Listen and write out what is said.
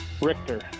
Richter